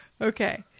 Okay